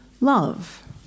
love